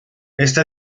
esta